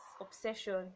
Obsession